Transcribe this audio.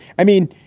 i mean,